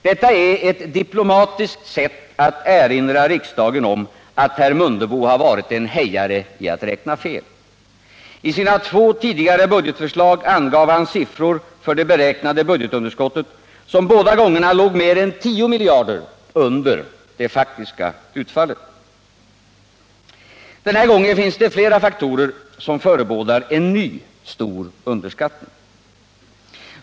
Detta är ett diplomatiskt sätt att erinra riksdagen om att herr Mundebo varit en hejare i att räkna fel. I sina två tidigare budgetförslag angav han siffror för det beräknade budgetunderskottet, som båda gångerna låg mer än 10 miljarder under det faktiska utfallet. Den här gången finns det flera faktorer, som förebådar en ny stor underskattning.